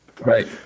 Right